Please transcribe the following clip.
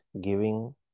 Giving